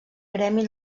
gremi